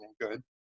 good